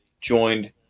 joined